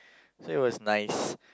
so it was nice